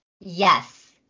Yes